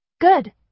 Good